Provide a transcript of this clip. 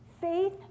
Faith